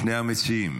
שני המציעים,